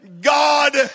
God